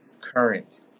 current